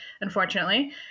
unfortunately